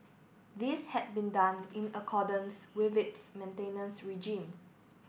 this had been done in accordance with its maintenance regime